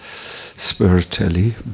spiritually